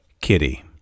Kitty